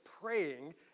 praying